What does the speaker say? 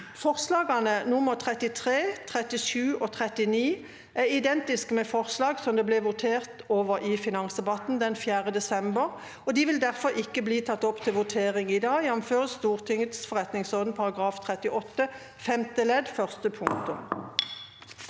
Forslagene nr. 33, 37 og 39 er identiske med forslag som ble votert over i finansdebatten den 4. desember, og de vil derfor ikke bli tatt opp til votering i dag, jf. Stortingets forretningsorden § 38 femte ledd første punktum.